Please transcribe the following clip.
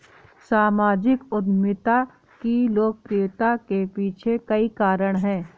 सामाजिक उद्यमिता की लोकप्रियता के पीछे कई कारण है